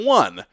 one